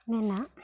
ᱢᱮᱱᱟᱜ